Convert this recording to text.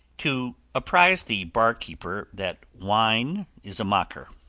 to apprise the barkeeper that wine is a mocker.